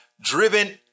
driven